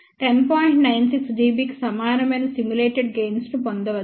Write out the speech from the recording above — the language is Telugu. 96 dB కి సమానమైన సిములేటెడ్ గెయిన్స్ ను పొందవచ్చు